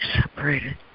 separated